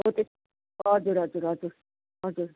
हजुर हजुर हजुर हजुर